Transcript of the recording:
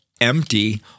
empty